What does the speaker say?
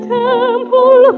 temple